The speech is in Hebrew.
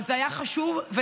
אבל זה היה חשוב ונכון.